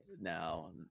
now